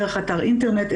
דרך אתר אינטרנט,